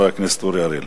חבר הכנסת אורי אריאל.